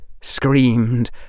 screamed